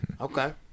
Okay